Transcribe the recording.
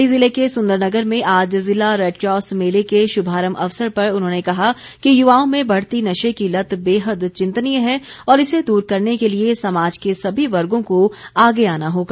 मण्डी ज़िले के सुंदरनगर में आज ज़िला रेडक्रॉस मेले के शुभारम्भ अवसर पर उन्होंने कहा कि युवाओं में बढ़ती नशे की लत बेहद चिंतनीय है और इसे दूर करने के लिए समाज के सभी वर्गो को आगे आना होगा